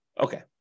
Okay